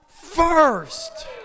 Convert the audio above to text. first